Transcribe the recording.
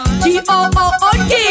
good